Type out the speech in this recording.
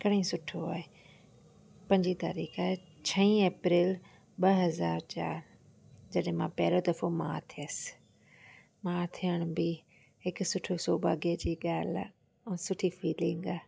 घणेई सुठो आहे पंजी तारीख़ आहे छही एप्रैल ॿ हज़ार चारि जॾहिं मां पहिरो दफ़ो माउ थिअसि माउ थिअण बि हिकु सुठो सौभाग्य जी ॻाल्हि आहे ऐं सुठी फिलिंग आहे